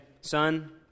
son